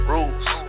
Rules